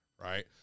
right